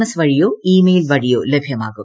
S വഴിയോ email വഴിയോർ ലഭ്യമാകും